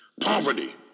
poverty